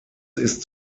ist